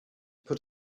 put